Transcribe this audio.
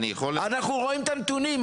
אנחנו רואים את הנתונים.